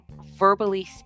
verbally